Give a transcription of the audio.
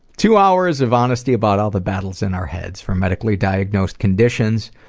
two hours of honesty about all the battles in our heads, from medically-diagnosed conditions,